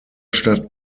stadt